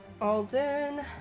Alden